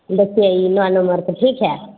देखियौ ई नओ नम्बरके ठीक हइ